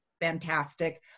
fantastic